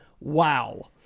wow